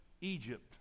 Egypt